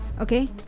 Okay